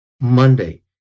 Monday